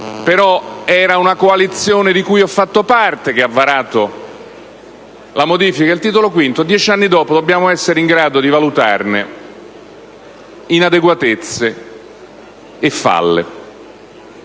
però fu una coalizione di cui ho fatta parte a varare la modifica del Titolo V. Ebbene, dieci anni dopo dobbiamo essere in grado di valutarne inadeguatezze e falle